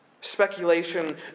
Speculation